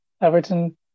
Everton